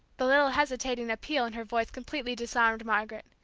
the little hesitating appeal in her voice completely disarmed margaret.